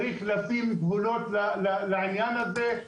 צריך לשים גבולות לעניין הזה,